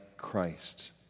Christ